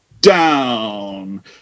down